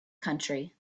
country